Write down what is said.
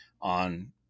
on